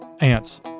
Ants